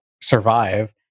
survive